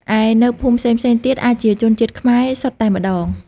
ឯ នៅភូមិផ្សេងៗទៀត អាចជាជនជាតិខ្មែរសុទ្ធតែម្ដង។